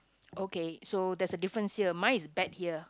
okay so there's a difference here mine is bet here